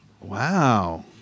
wow